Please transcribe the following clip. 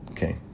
Okay